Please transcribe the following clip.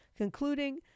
concluding